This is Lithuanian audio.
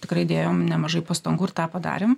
tikrai dėjom nemažai pastangų ir tą padarėm